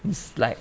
it's like